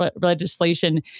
legislation